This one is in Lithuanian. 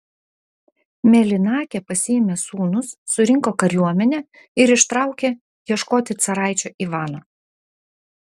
mėlynakė pasiėmė sūnus surinko kariuomenę ir ištraukė ieškoti caraičio ivano